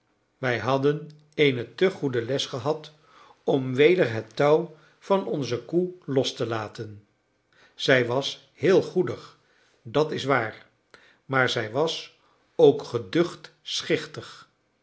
wij hadden eene te goede les gehad om weder het touw van onze koe los te laten zij was heel goedig dat is waar maar zij was ook geducht schichtig